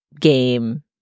game